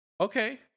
Okay